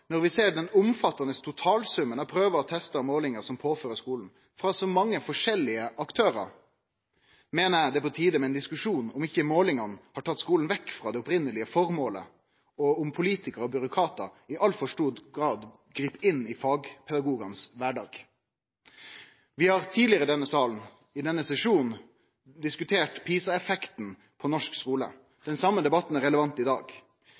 når vi ser den omfattande totalsummen av prøvar, testar og målingar som blir påførte skulen frå så mange forskjellige aktørar, meiner eg det er på tide med ein diskusjon om ikkje målingane har tatt skulen vekk frå det opphavlege formålet, og om politikarar og byråkratar i altfor stor grad grip inn i fagpedagogane sin kvardag. Vi har tidlegare i denne salen i denne sesjonen diskutert PISA-effekten på norsk skule. Den same debatten er relevant i dag.